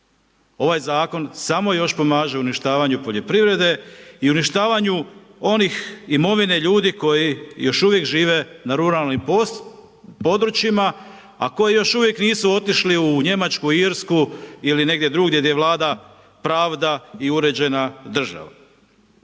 Ovaj zakon samo još pomaže uništavanju poljoprivrede i uništavanju onih, imovine ljudi koji još uvijek žive na ruralnim područjima a koji još uvijek nisu otišli u Njemačku, Irsku ili negdje drugdje gdje vlada pravda i uređena država.